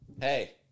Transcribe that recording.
hey